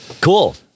Cool